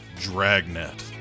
Dragnet